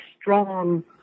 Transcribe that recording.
strong